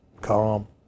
Calm